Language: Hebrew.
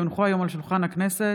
כי הונחו היום על שולחן הכנסת,